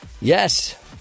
Yes